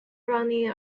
running